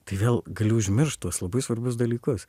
tai vėl gali užmiršt tuos labai svarbius dalykus